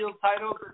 title